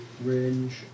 range